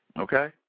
Okay